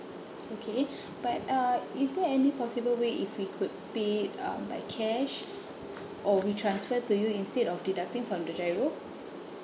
okay but uh is there any possible way if we could pay um by cash or we transfer to you instead of deducting from the GIRO